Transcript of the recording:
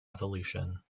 evolution